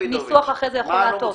הניסוח יכול להטעות.